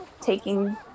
taking